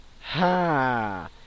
Ha